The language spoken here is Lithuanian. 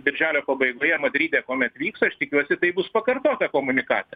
birželio pabaigoje madride kuomet vyks aš tikiuosi tai bus pakartota komunikate